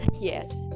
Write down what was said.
Yes